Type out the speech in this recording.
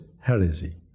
heresy